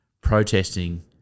protesting